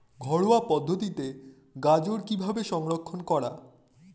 ঘরোয়া পদ্ধতিতে গাজর কিভাবে সংরক্ষণ করা?